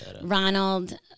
Ronald